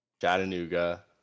Chattanooga